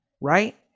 right